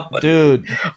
Dude